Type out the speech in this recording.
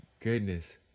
goodness